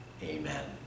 Amen